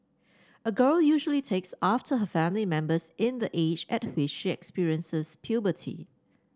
a girl usually takes after her family members in the age at which she experiences puberty